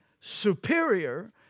superior